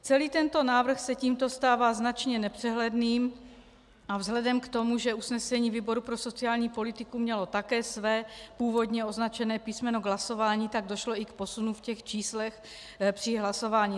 Celý tento návrh se tímto stává značně nepřehledným a vzhledem k tomu, že usnesení výboru pro sociální politiku mělo také své původně označené písmeno k hlasování, tak došlo i k posunu v číslech při hlasování.